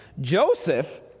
Joseph